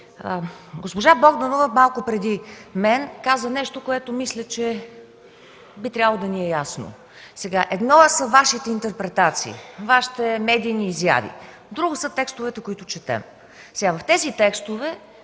Госпожа Богданова малко преди мен каза нещо, което мисля, че би трябвало да ни е ясно. Едно са Вашите интерпретации, Вашите медийни изяви, друго са текстовете, които четем. Тези текстове,